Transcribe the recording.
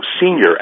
senior